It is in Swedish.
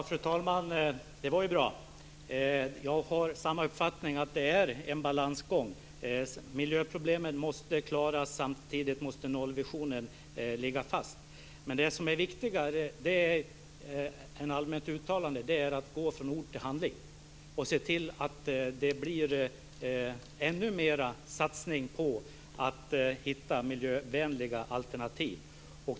Fru talman! Det var bra. Jag har samma uppfattning, att det är en balansgång. Miljöproblemen måste klaras, och samtidigt måste nollvisionen ligga fast. Men det som är viktigare än ett allmänt uttalande är att gå från ord till handling och se till att det blir ännu mer satsning på att hitta miljövänliga alternativ.